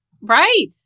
Right